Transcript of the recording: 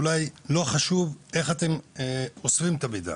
אולי לא חשוב איך אתם אוספים את המידע.